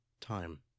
time